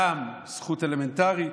לכל אדם, זכות אלמנטרית.